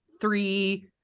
three